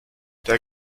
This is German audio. der